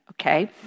okay